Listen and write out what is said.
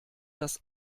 das